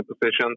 position